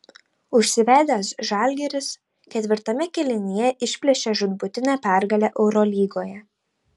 užsivedęs žalgiris ketvirtame kėlinyje išplėšė žūtbūtinę pergalę eurolygoje